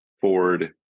Ford